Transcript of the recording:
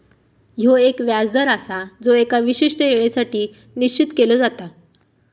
ह्यो एक व्याज दर आसा जो एका विशिष्ट येळेसाठी निश्चित केलो जाता